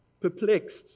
Perplexed